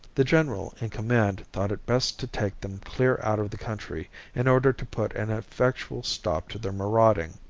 the general in command thought it best to take them clear out of the country in order to put an effectual stop to their marauding.